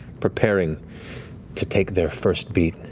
preparing to take their first beat,